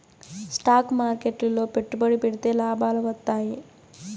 stock మార్కెట్లు లో పెట్టుబడి పెడితే లాభాలు వత్తాయి